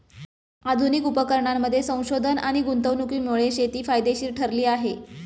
आधुनिक उपकरणांमध्ये संशोधन आणि गुंतवणुकीमुळे शेती फायदेशीर ठरली आहे